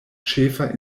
ĉefa